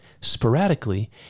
sporadically